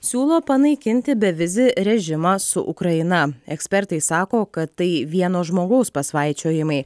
siūlo panaikinti bevizį režimą su ukraina ekspertai sako kad tai vieno žmogaus pasvaičiojimai